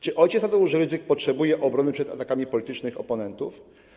Czy ojciec Tadeusz Rydzyk potrzebuje obrony przed atakami politycznych oponentów?